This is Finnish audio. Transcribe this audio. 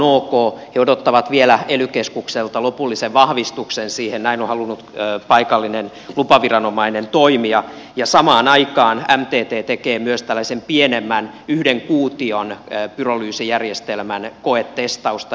he odottavat vielä ely keskukselta lopullisen vahvistuksen siihen näin on halunnut paikallinen lupaviranomainen toimia ja samaan aikaan mtt tekee myös pienemmän yhden kuution pyrolyysijärjestelmän koetestausta